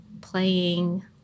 playing